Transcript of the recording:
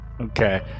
Okay